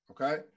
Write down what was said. okay